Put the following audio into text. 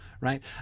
Right